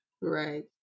Right